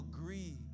agree